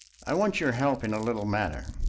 i want your help in a little matter.